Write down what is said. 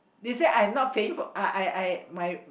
they say I am not paying for uh I I I my